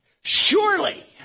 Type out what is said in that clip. Surely